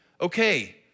okay